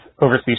overseas